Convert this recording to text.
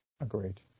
Agreed